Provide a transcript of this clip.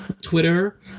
Twitter